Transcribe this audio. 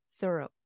thorough